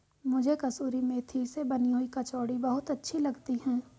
मुझे कसूरी मेथी से बनी हुई कचौड़ी बहुत अच्छी लगती है